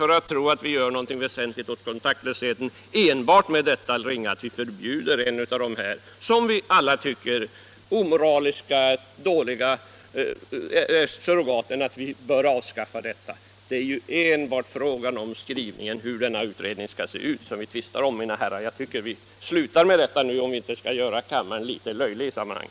Vi måste göra något väsentligt åt kontaktlösheten, och det gör vi inte genom att enbart förbjuda ett av de surrogat, som vi alla tycker är omoraliska och dåliga. Det handlar ju här enbart om skrivningen som anger hur denna utredning skall arbeta. Det är den saken vi tvistar om, och jag tycker vi slutar med detta nu, om vi inte skall göra kammaren litet löjlig.